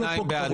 שניים בעד.